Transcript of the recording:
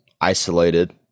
isolated